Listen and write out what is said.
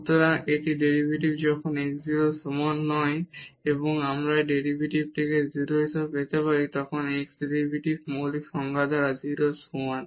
সুতরাং এটি ডেরিভেটিভ যখন x 0 এর সমান নয় এবং আমরা এই ডেরিভেটিভকে 0 হিসাবে পেতে পারি যখন x ডেরিভেটিভের মৌলিক সংজ্ঞা দ্বারা 0 এর সমান